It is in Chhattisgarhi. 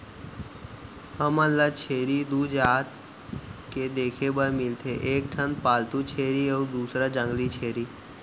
हमन ल छेरी दू जात के देखे बर मिलथे एक ठन पालतू छेरी अउ दूसर जंगली छेरी